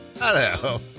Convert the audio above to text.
Hello